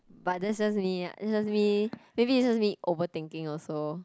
but that's just me just me maybe it's just me overthinking also